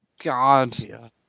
God